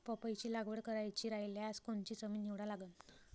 पपईची लागवड करायची रायल्यास कोनची जमीन निवडा लागन?